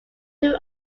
two